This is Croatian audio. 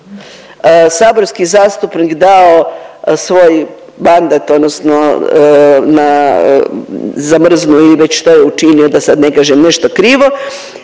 saborski zastupnik dao svoj mandat odnosno na zamrznuo ili već što je učinio da sad ne kažem nešto krivo